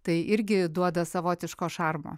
tai irgi duoda savotiško šarmo